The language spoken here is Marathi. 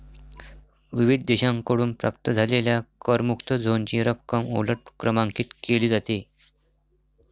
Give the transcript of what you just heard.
विविध देशांकडून प्राप्त झालेल्या करमुक्त झोनची रक्कम उलट क्रमांकित केली जाते